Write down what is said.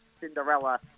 Cinderella